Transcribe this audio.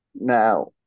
Now